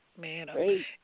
Man